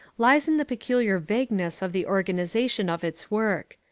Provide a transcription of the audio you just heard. lies in the peculiar vagueness of the organisation of its work.